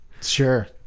Sure